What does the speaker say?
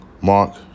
Mark